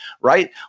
right